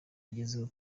agezeho